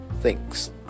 Thanks